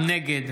נגד